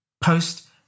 post